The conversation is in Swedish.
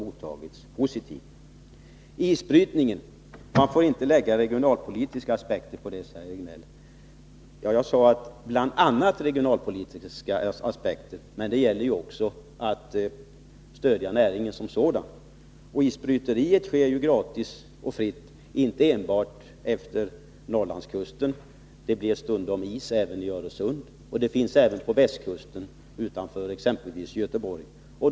När det gäller isbrytningen säger Göran Riegnell att man inte får lägga regionalpolitiska aspekter på den. Jag sade bl.a. regionalpolitiska aspekter, men det gäller att också stödja näringen som sådan. Isbrytningen sker gratis och fritt — inte enbart efter Norrlandskusten, det blir stundom is även i Öresund, och det kan finnas is även på västkusten, exempelvis utanför Göteborg.